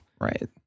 right